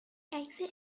oasis